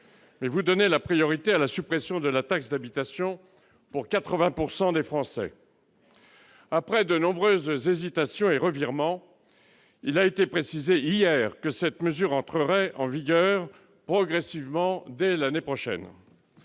-, vous donnez la priorité à la suppression de la taxe d'habitation pour 80 % des Français. C'est une très bonne chose ! Après de nombreuses hésitations et de nombreux revirements, il a été précisé hier que cette mesure entrerait en vigueur progressivement dès l'année prochaine.